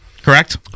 Correct